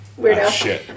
weirdo